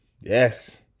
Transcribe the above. Yes